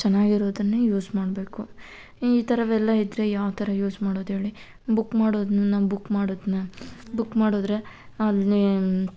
ಚೆನ್ನಾಗಿರೋದನ್ನೇ use ಮಾಡಬೇಕು ಈ ಥರವೆಲ್ಲ ಇದ್ದರೆ ಯಾವ ಥರ ಯೂಸ್ ಮಾಡೋದೇಳಿ ಬುಕ್ ಮಾಡೋದು ನಾನು ಬುಕ್ ಮಾಡದ್ನ ಬುಕ್ ಮಾಡಿದ್ರೆ ಅಲ್ಲಿ